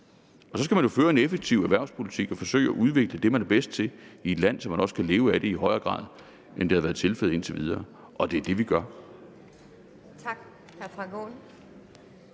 Så skal man jo føre en effektiv erhvervspolitik og forsøge at udvikle det, man er bedst til i et land, så man også kan leve af det i en højere grad, end det har været tilfældet indtil videre. Og det er det, vi gør.